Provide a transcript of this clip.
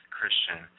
Christian